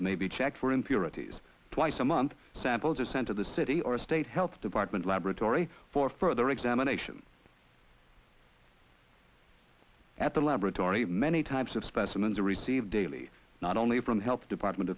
impurities twice a month samples are sent to the city or a state health department laboratory for further examination at the laboratory many types of specimens are received daily not only from health department